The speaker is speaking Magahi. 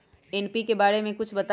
एन.पी.के बारे म कुछ बताई?